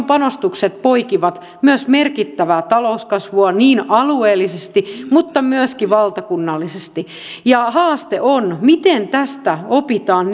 panostukset poikivat myös merkittävää talouskasvua alueellisesti mutta myöskin valtakunnallisesti haaste on miten tästä opitaan